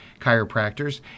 chiropractors